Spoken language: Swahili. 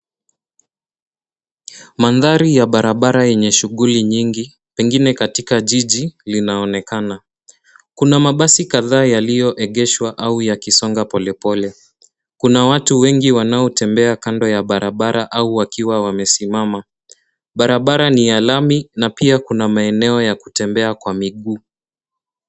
Mandhari ya barabara yenye shughuli nyingi pengine katika jiji linaonekana. Kuna mabasi kadhaa yaliyoegeshwa au ya kisonga polepole. Kuna watu wengi wanaotembea kando ya barabara au wakiwa wamesimama. Barabara ni ya lami na pia kuna maeneo ya kutembea kwa miguu.